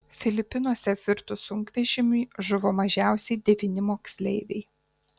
filipinuose apvirtus sunkvežimiui žuvo mažiausiai devyni moksleiviai